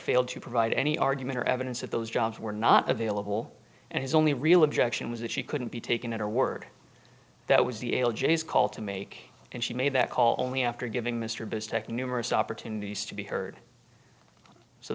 failed to provide any argument or evidence of those jobs were not available and his only real objection was that she couldn't be taken at her word that was the call to make and she made that call only after giving mr biz tech numerous opportunities to be heard so